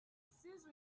since